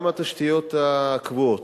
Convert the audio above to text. גם התשתיות הקבועות,